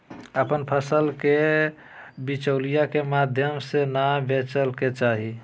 अपन फसल के बिचौलिया के माध्यम से नै बेचय के चाही